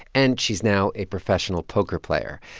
and she's now a professional poker player.